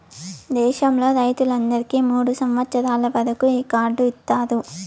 దేశంలో రైతులందరికీ మూడు సంవచ్చరాల వరకు ఈ కార్డు ఇత్తారు